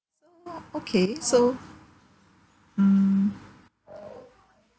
orh okay so mm